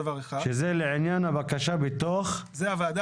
שזה לעניין הבקשה בתוך --- זה "הוועדה